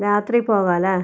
രാത്രി പോകാലേ